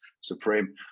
Supreme